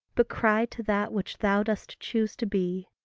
but cry to that which thou dost choose to be,